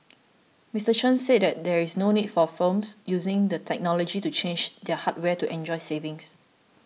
Mister Chen said that there is no need for firms using the technology to change their hardware to enjoy savings